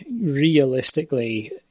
realistically –